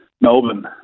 Melbourne